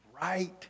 right